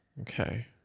Okay